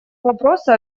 вопросу